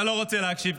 אתה לא רוצה להקשיב,